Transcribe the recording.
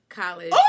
college